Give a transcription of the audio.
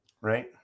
right